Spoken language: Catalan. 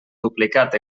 duplicat